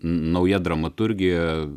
nauja dramaturgija